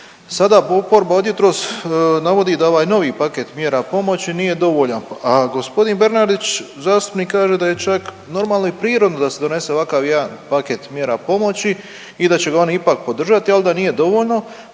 sada oporba od jutros navodi da ovaj novi paket mjera pomoći nije dovoljan, a g. Bernardić zastupnik kaže da je čak normalno i prirodno da se donese ovakav jedan paket mjera pomoći i da će ga oni ipak podržati, al da nije dovoljno,